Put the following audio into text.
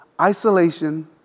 Isolation